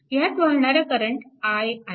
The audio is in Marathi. ह्यात वाहणारा करंट i आहे